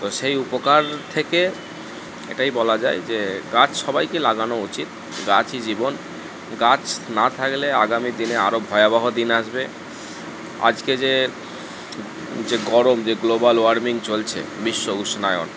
তো সেই উপকার থেকে এটাই বলা যায় যে গাছ সবাইকে লাগানো উচিত গাছই জীবন গাছ না থাকলে আগামীদিনে আরও ভয়াবহ দিন আসবে আজকে যে যে গরম যে গ্লোবাল ওয়ার্মিং চলছে বিশ্ব উষ্ণায়ন